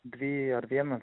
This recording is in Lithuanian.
dvi ar vieną